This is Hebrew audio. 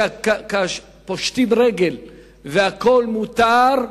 פושטים רגל והכול מותר,